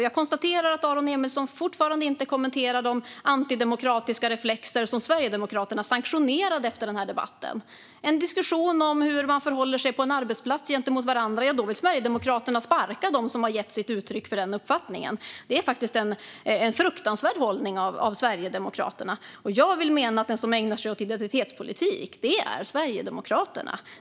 Jag konstaterar att Aron Emilsson fortfarande inte kommenterar de antidemokratiska reflexer som Sverigedemokraterna sanktionerade efter den här debatten. I en diskussion om hur man förhåller sig gentemot varandra på en arbetsplats vill Sverigedemokraterna sparka dem som har gett uttryck för en viss uppfattning. Det är faktiskt en fruktansvärd hållning! Jag vill mena att de som ägnar sig åt identitetspolitik är Sverigedemokraterna.